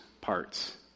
parts